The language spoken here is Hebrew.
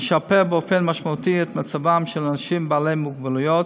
תשפר באופן משמעותי את מצבם של אנשים בעלי מוגבלויות